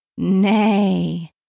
Nay